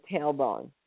tailbone